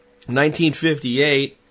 1958